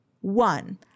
One